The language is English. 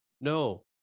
no